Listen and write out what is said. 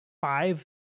five